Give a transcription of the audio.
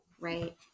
Right